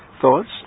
thoughts